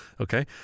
Okay